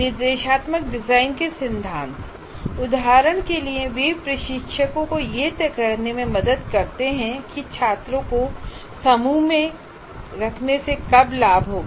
निर्देशात्मक डिजाइन के सिद्धांत उदाहरण के लिए वे प्रशिक्षकों को यह तय करने में मदद कर सकते हैं कि छात्रों को समूहों में रखने से कब लाभ होगा